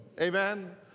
Amen